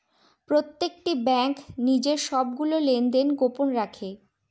প্রত্যেকটি ব্যাঙ্ক নিজের সবগুলো লেনদেন গোপন রাখে